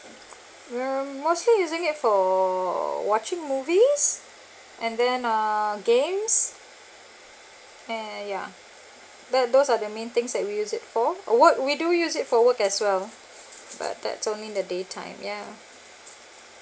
mm mostly using it for watching movies and then um games and yeah that those are the main things that we use it for uh what we do use it for work as well but that's only the day time yeah